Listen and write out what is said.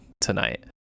tonight